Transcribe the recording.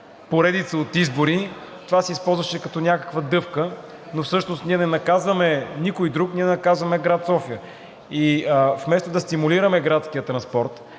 поредица от избори, че това се използваше като някаква дъвка, но всъщност ние не наказваме никой друг, ние наказваме град София. И вместо да стимулираме градския транспорт,